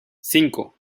cinco